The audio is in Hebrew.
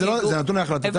לא, אבל זה נתון להחלטתנו?